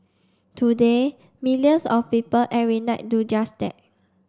today millions of people every night do just that